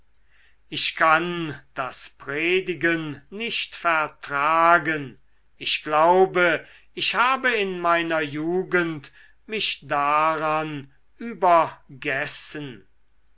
ich kann das predigen nicht vertragen ich glaube ich habe in meiner jugend mich daran